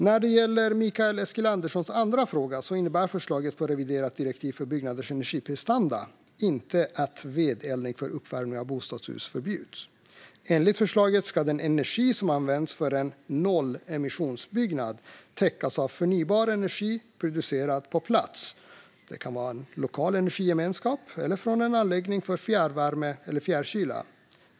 När det gäller Mikael Eskilanderssons andra fråga innebär förslaget om reviderat direktiv för byggnaders energiprestanda inte att vedeldning för uppvärmning av bostadshus förbjuds. Enligt förslaget ska den energi som används för en nollemissionsbyggnad täckas av förnybar energi producerad på plats. Det kan vara en lokal energigemenskap eller en anläggning för fjärrvärme eller fjärrkyla.